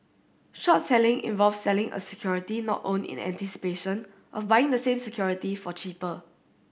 short selling involves selling a security not owned in anticipation of buying the same security for cheaper